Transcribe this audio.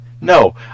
No